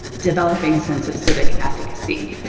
developing a sense of civic efficacy.